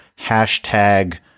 hashtag